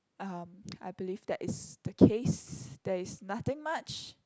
um I believe that is the case there is nothing much